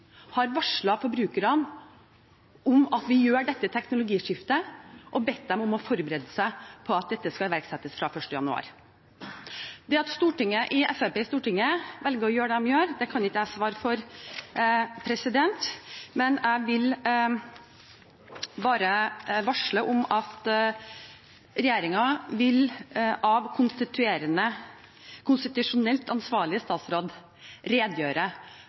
har varslet forbrukerne om at vi gjør dette teknologiskiftet, og har bedt dem om å forberede seg på at dette skal iverksettes fra 1. januar. Det at Fremskrittspartiet på Stortinget velger å gjøre som de gjør, kan ikke jeg svare for. Jeg vil bare varsle om at regjeringen ved konstitusjonelt ansvarlig statsråd vil redegjøre